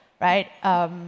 right